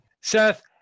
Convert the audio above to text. Seth